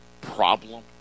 problem